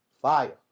Fire